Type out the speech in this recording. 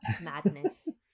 madness